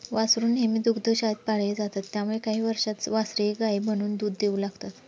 वासरू नेहमी दुग्धशाळेत पाळले जातात त्यामुळे काही वर्षांत वासरेही गायी बनून दूध देऊ लागतात